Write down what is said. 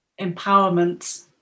empowerment